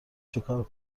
چیکار